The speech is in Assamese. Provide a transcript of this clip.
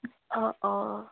অঁ অঁ